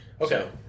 Okay